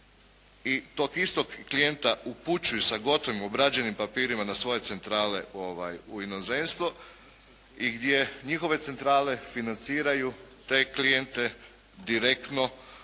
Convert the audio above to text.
tog istog klijenta upućuju sa gotovim, obrađenim papirima na svoje centrale u inozemstvu i gdje njihove centrale financiraju te klijente direktno i